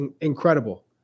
Incredible